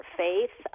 faith